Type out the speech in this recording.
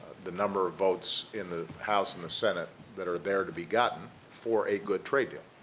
the number of votes in the house and the senate that are there to be gotten for a good trade deal.